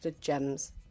gems